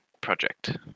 project